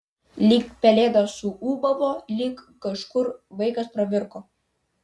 lyg pelėda suūbavo lyg kažkur vaikas pravirko